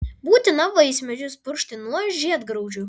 būtina vaismedžius purkšti nuo žiedgraužių